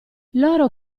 loro